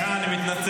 סליחה, אני מתנצל.